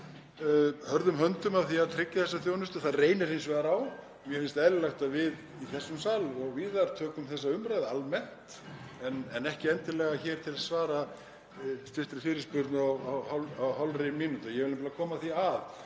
hörðum höndum að því að tryggja þessa þjónustu. Það reynir hins vegar á og mér finnst eðlilegt að við í þessum sal og víðar tökum þessa umræðu almennt en ekki endilega hér til að svara stuttri fyrirspurn á hálfri mínútu. Ég vil nefnilega koma því að